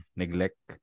neglect